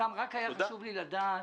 היה חשוב לי לדעת,